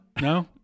No